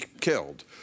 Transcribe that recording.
killed